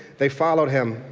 they followed him,